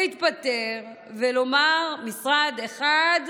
להתפטר ולומר: משרד אחד,